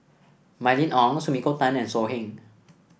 Mylene Ong Sumiko Tan and So Heng